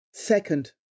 Second